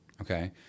okay